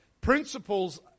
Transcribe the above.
principles